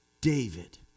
David